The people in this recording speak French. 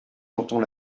entend